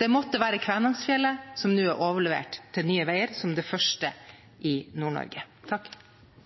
Det måtte være Kvænangsfjellet, som nå er overlevert til Nye Veier, som det første i